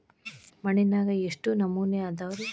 ಮಣ್ಣಿನಾಗ ಎಷ್ಟು ನಮೂನೆ ಅದಾವ ರಿ?